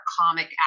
comic